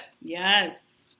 Yes